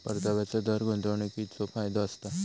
परताव्याचो दर गुंतवणीकीचो फायदो असता